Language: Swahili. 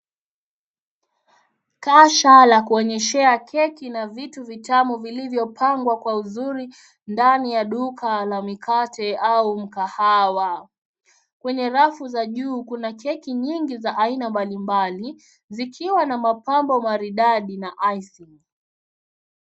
Kasha la kwonyeshea keki na vitu vitamu vilivyo pangwa kwa uzuri, ndani ya duka la mikate au mkahawa. Kwenye rafu za juu, kuna keki nyingi za aina mbali mbali, zikiwa na mapambo maridadi na icing .